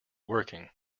working